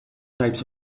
types